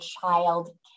child